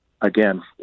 again